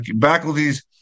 faculties